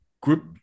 Group